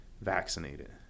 vaccinated